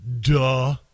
Duh